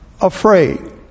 afraid